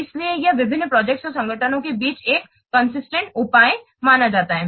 इसलिए यह विभिन्न प्रोजेक्ट्स और संगठनों के बीच एक सुसंगत उपाय है